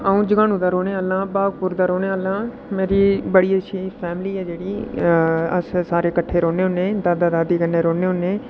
अ'ऊं जगानू दा रौह्ने आह्ला आं बागपुर दा रौह्ने आह्लां मेरी बड़ी अच्छी फैमली ऐ जेह्ड़ी अस सारे किट्ठे रौह्न्ने होन्ने दादा दादी कन्नै रौह्न्ने होन्ने